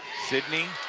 sidney